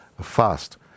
fast